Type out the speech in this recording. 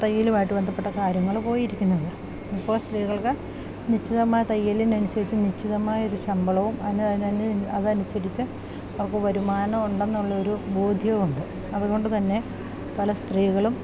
തയ്യലുവായിട്ട് ബന്ധപ്പെട്ട കാര്യങ്ങള് പോയിരിക്കുന്നത് ഇപ്പോൾ സ്ത്രീകൾക്ക് നിശ്ചിതമായ തയ്യലിനനുസരിച്ച് നിശ്ചിതമായ ഒരു ശമ്പളവും അതനുസരിച്ച് അവർക്ക് വരുമാനം ഉണ്ടെന്നുള്ളൊരു ബോധ്യവുമുണ്ട് അതുകൊണ്ട് തന്നെ പല സ്ത്രീകളും